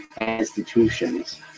institutions